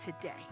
today